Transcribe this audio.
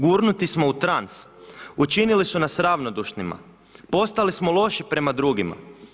Gurnuti smo u trans, učinili su nas ravnodušnima, postali smo loši prema drugima.